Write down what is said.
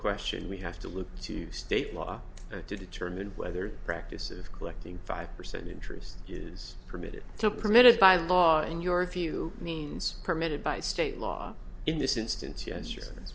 question we have to look to state law to determine whether a practice of collecting five percent interest is permitted so permitted by law in your view means permitted by state law in this instance ye